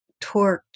torqued